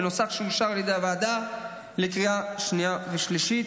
בנוסח שאושר על ידי הוועדה לקריאה שנייה ושלישית.